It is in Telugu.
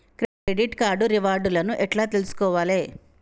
క్రెడిట్ కార్డు రివార్డ్ లను ఎట్ల తెలుసుకోవాలే?